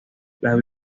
las